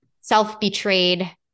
self-betrayed